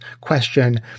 question